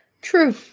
True